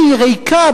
שהיא ריקה,